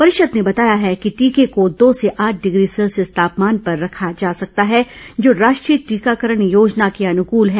परिषद ने बताया है कि टीके को दो से आठ डिग्री सेल्सियस तापमान पर रखा जा सकता है जो राष्ट्रीय टीकाकरण योजना के अनुकल है